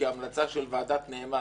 כהמלצה של ועדת נאמן,